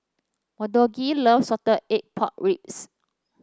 melodee loves Salted Egg Pork Ribs